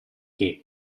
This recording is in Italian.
che